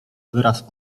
wyraz